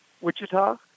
Wichita